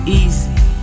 easy